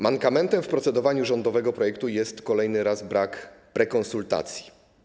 Mankamentem w procedowaniu nad rządowym projektem jest kolejny raz brak prekonsultacji.